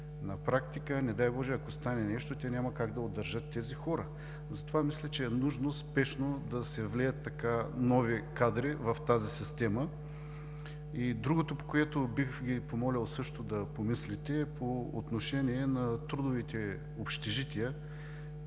На практика, не дай Боже, ако стане нещо, те няма как да удържат тези хора. Затова мисля, че е нужно спешно да се влеят нови кадри в тази система. Другото, по което бих Ви помолил също да помислите, е по отношение на трудовите общежития